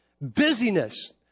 busyness